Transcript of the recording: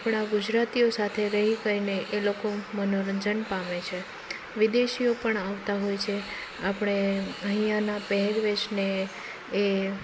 આપણા ગુજરાતીઓ સાથે રહીને એ લોકો મનોરંજન પામે છે વિદેશીઓ પણ આવતા હોય છે આપણે અહીંના પહેરવેશને એ